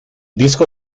disco